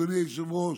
אדוני היושב-ראש,